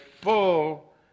full